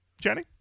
Jenny